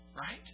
Right